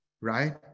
right